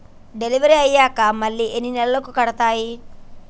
Delivery అయ్యాక మళ్ళీ ఎన్ని నెలలకి కడుతాయి?